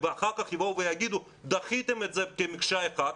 ואחר כך יגידו: דחיתם את זה כמקשה אחת,